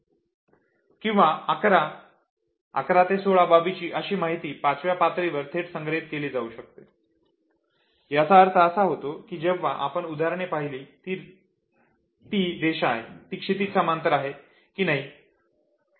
आणि 11 किवा 11 ते 16 बाबींची अशी माहिती 5 व्या पातळीवर थेट संग्रहित केली जाऊ शकते याचा अर्थ असा होतो की जेव्हा आपण उदाहरणे पाहिली की ती रेषा आहे ती क्षितीज समांतर आहे की नाही